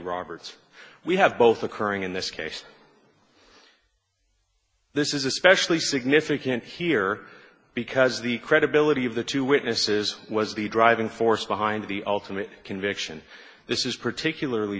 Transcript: roberts we have both occurring in this case this is especially significant here because the credibility of the two witnesses was the driving force behind the ultimate conviction this is particularly